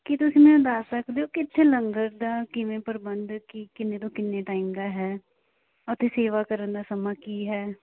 ਕੀ ਤੁਸੀਂ ਮੈਨੂੰ ਦੱਸ ਸਕਦੇ ਹੋ ਕਿ ਇੱਥੇ ਲੰਗਰ ਦਾ ਕਿਵੇਂ ਪ੍ਰਬੰਧ ਕੀ ਕਿੰਨੇ ਤੋਂ ਕਿੰਨੇ ਟਾਈਮ ਦਾ ਹੈ ਅਤੇ ਸੇਵਾ ਕਰਨ ਦਾ ਸਮਾਂ ਕੀ ਹੈ